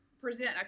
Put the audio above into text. present